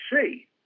see